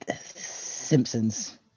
Simpsons